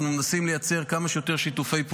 אנחנו מנסים לייצר כמה שיותר שיתופי,